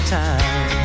time